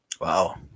Wow